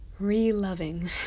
re-loving